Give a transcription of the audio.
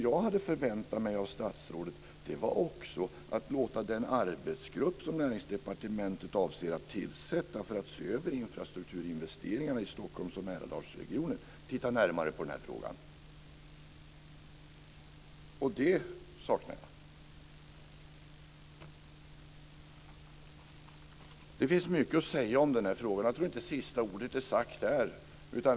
Jag förväntade mig av statsrådet att han skulle låta den arbetsgrupp som Näringsdepartementet har för avsikt att tillsätta för att se över infrastrukturinvesteringarna i Stockholms och Mälardalsregionen se närmare på frågan. Det saknar jag. Det finns mycket att säga om frågan. Jag tror inte att sista ordet är sagt.